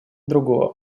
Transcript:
другого